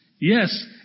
Yes